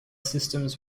systems